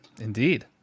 Indeed